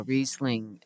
Riesling